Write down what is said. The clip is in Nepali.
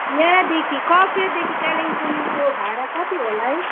यहाँदेखि कफेरदेखि कालिम्पोङको भाडा कति होला है